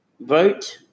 vote